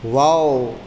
wow